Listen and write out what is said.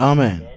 Amen